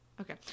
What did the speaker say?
okay